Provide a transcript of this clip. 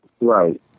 Right